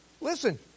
Listen